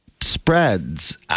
spreads